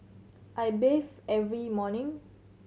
I bathe every morning